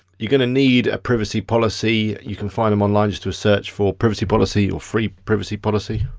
you're gonna need a privacy policy. you can find them online, just do a search for privacy policy or free privacy policy.